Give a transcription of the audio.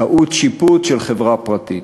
טעות שיפוט של חברה פרטית.